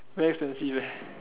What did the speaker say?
very expensive leh